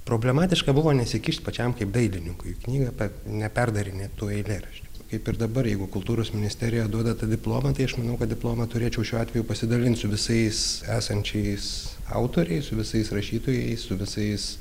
problematiška buvo nesikišt pačiam kaip dailininkui knygą bet neperdarinėt tų eilėraščių kaip ir dabar jeigu kultūros ministerija duoda tą diplomą tai aš manau kad diplomą turėčiau šiuo atveju pasidalint su visais esančiais autoriais su visais rašytojais su visais